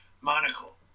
monocle